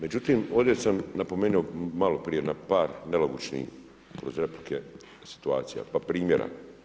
Međutim, ovdje sam napomenuo maloprije, na par nelogičnih kroz replike situacija, pa primjera.